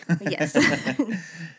Yes